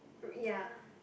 uh ya